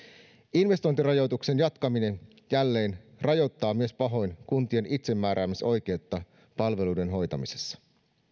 investointirajoituksen jatkaminen jälleen rajoittaa myös pahoin kuntien itsemääräämisoikeutta palveluiden hoitamisessa